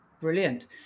brilliant